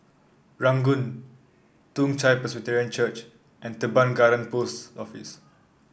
Ranggung Toong Chai Presbyterian Church and Teban Garden Post Office